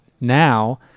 now